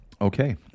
Okay